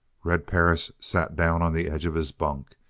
red perris sat down on the edge of his bunk.